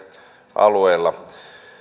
alueilla